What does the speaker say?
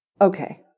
okay